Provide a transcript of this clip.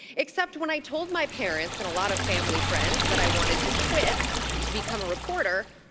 except when i told my parents and a lot of family friends that i wanted to quit to become a reporter,